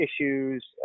issues